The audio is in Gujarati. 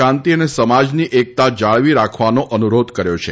શાંતિ અને સમાજની એકતા જાળવી રાખવાનો અનુરોધ કર્યો છે